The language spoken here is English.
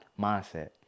mindset